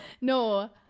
no